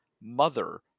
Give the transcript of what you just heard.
mother